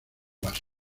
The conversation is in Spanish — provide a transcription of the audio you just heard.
base